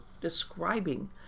describing